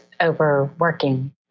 overworking